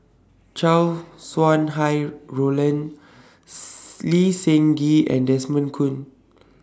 Chow Sau Hai Roland Lee Seng Gee and Desmond Kon